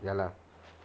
ya lah